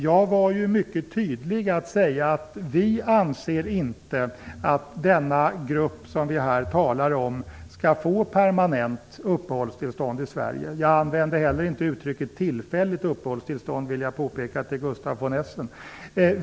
Jag var mycket tydlig med att säga att vi inte anser att den grupp vi här talar om skall få permanent uppehållstillstånd i Sverige. Jag använde heller inte uttrycket "tillfälligt uppehållstillstånd", vill jag påpeka för Gustaf von Essen.